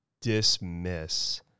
dismiss